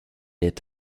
est